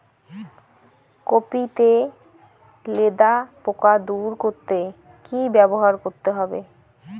Copy তে লেদা পোকা দূর করতে কি ব্যবহার করতে হবে?